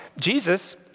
Jesus